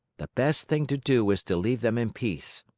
the best thing to do is to leave them in peace!